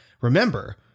remember